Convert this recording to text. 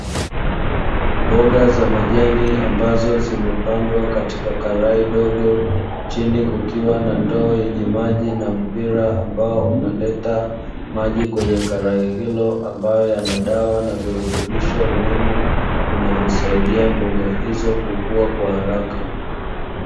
Mboga za majani ambazo zimepandwa katika kalai dogo, chini kukiwa na ndoo yenye maji na mpira ambao unaleta maji kwenye kalai hilo; ambayo yana virutubisho muhimu vinavyo saidia mboga hizo kukua kwa haraka.